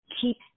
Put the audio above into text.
keep